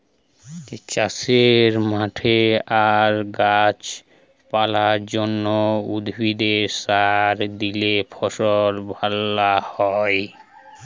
চাষের মাঠে আর গাছ পালার জন্যে, উদ্ভিদে সার দিলে ফসল ভ্যালা হয়